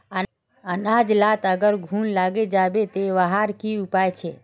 अनाज लात अगर घुन लागे जाबे ते वहार की उपाय छे?